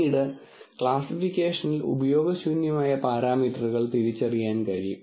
പിന്നീട് ക്ലാസ്സിഫിക്കേഷനിൽ ഉപയോഗശൂന്യമായ പാരാമീറ്ററുകൾ തിരിച്ചറിയാൻ കഴിയും